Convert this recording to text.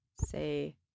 Say